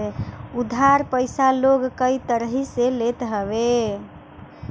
उधार पईसा लोग कई तरही से लेत हवे